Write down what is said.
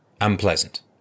unpleasant